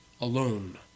alone